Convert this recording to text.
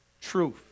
truth